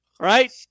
Right